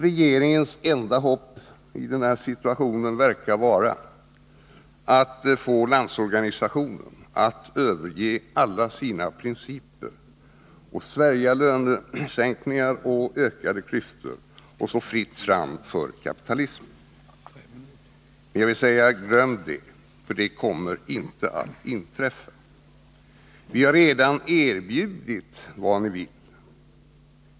Regeringens enda hopp i den här situationen verkar vara att få Landsorganisationen att överge alla sina principer och svälja lönesänkningar och ökade klyftor och lämna fritt fram för kapitalismen. Men glöm det — det kommer inte att inträffa! Vi har redan erbjudit vad ni vill.